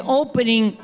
opening